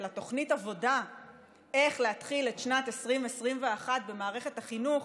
אלא תוכנית עבודה של איך להתחיל את שנת 2021 במערכת החינוך,